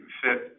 fit